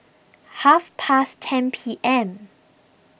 half past ten P M